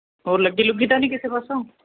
ਔਰ ਲੱਗੀ ਲੁੱਗੀ ਤਾਂ ਨਹੀਂ ਕਿਸੇ ਪਾਸੋਂ